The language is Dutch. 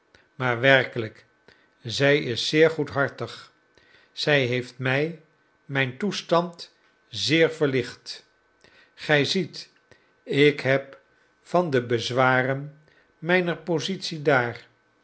maar werkelijk zij is zeer goedhartig zij heeft mij mijn toestand zeer verlicht gij ziet ik heb van de bezwaren mijner positie daar